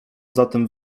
zatem